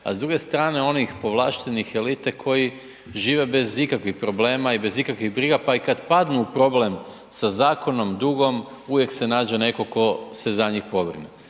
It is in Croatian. a s druge strane onih povlaštenih elite koji žive bez ikakvih problema i bez ikakvih briga, pa i kad padnu u problem sa zakonom, dugom, uvijek se nađe netko tko se za njih pobrine.